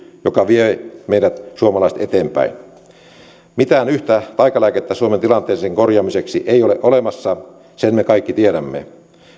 joka vie meidät suomalaiset eteenpäin mitään yhtä taikalääkettä suomen tilanteen korjaamiseksi ei ole olemassa sen me kaikki tiedämme